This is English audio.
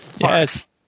Yes